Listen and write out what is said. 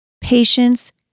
patience